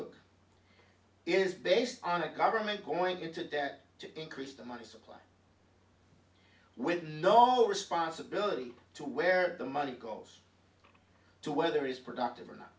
book is based on a government going into debt to increase the money supply with no more sponsibility to where the money goes to whether is productive or not